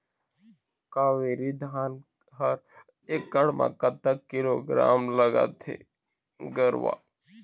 कावेरी धान हर एकड़ म कतक किलोग्राम लगाथें गरवा?